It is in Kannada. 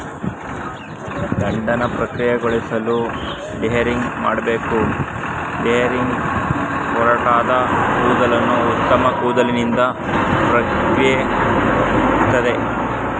ದಂಡನ ಪ್ರಕ್ರಿಯೆಗೊಳಿಸಲು ಡಿಹೇರಿಂಗ್ ಮಾಡ್ಬೇಕು ಡಿಹೇರಿಂಗ್ ಒರಟಾದ ಕೂದಲನ್ನು ಉತ್ತಮ ಕೂದಲಿನಿಂದ ಪ್ರತ್ಯೇಕಿಸ್ತದೆ